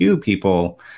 people